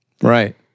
Right